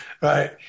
right